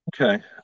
okay